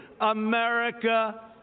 America